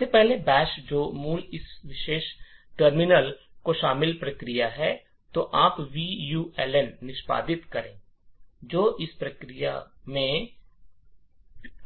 सबसे पहले बैश जो मूल इस विशेष टर्मिनल के शामिल प्रक्रिया है तो आप vuln निष्पादक है जो एक प्रक्रिया